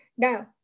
Now